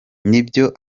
nibyo